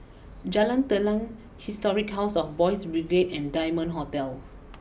Jalan Telang Historic house of Boys Brigade and Diamond Hotel